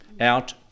out